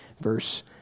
verse